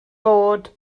bod